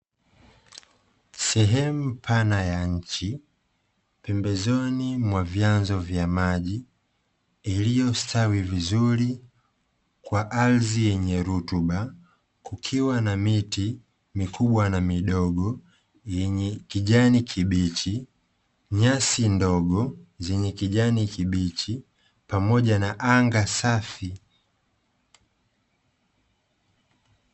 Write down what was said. Sehemu pana ya nchi pembezoni mwa vyanzo vya maji iliyostawi vizuri kwa ardhi yenye rutuba kukiwa na miti mikubwa na midogo yenye kijani kibichi, nyasi ndogo zenye kijani kibichi pamoja na anga safi.